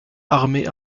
armée